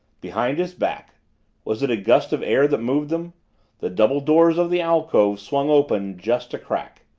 behind his back was it a gust of air that moved them the double doors of the alcove swung open just a crack.